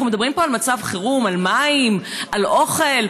אנחנו מדברים פה על מצב חירום, על מים, על אוכל?